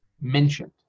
mentioned